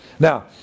Now